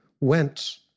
went